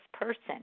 person